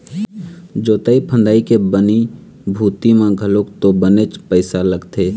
जोंतई फंदई के बनी भूथी म घलोक तो बनेच पइसा लगथे